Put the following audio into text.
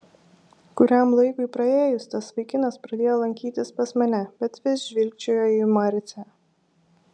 kuriam laikui praėjus tas vaikinas pradėjo lankytis pas mane bet vis žvilgčiojo į marcę